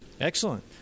excellent